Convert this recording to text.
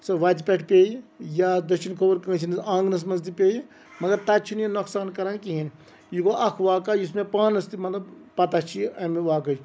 سۄ وَتہِ پٮ۪ٹھ پیٚیہِ یا دٔچھِنۍ کھووُر کٲنٛسہِ ہِنٛدِس آنٛگںَس منٛز تہِ پیٚیہِ مگر تَتہِ چھِنہٕ یہِ نۄقصان کَران کِہیٖنۍ یہِ گوٚو اَکھ واقعہ یُس مےٚ پانَس تہِ مطلب پَتہ چھِ یہِ اَمہِ واقہٕچ